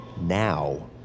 Now